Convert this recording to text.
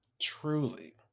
Truly